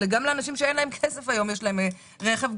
הרי גם לאנשים שאין להם כסף יש רכב היום.